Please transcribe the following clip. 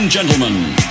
Gentlemen